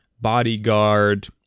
bodyguard